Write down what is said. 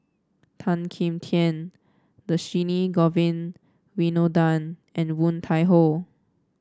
Tan Kim Tian Dhershini Govin Winodan and Woon Tai Ho